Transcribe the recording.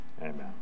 amen